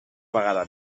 vegada